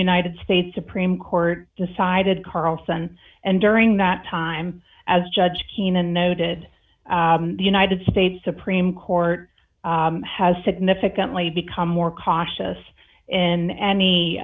united states supreme court decided carlson and during that time as judge keenan noted the united states supreme court has significantly become more cautious in any